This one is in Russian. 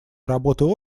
работы